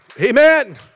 Amen